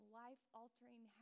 life-altering